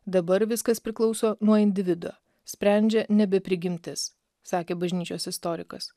dabar viskas priklauso nuo individo sprendžia nebe prigimtis sakė bažnyčios istorikas